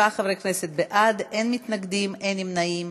27 חברי כנסת בעד, אין מתנגדים, אין נמנעים.